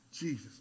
Jesus